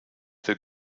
der